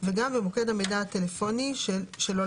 וגם במוקד המידע הטלפוני שלו,